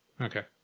Okay